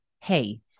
hey